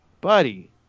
Buddy